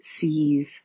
sees